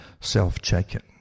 self-checking